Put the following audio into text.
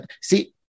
see